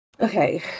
Okay